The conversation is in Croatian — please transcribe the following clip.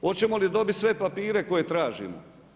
Hoćemo li dobiti sve papire koje tražimo.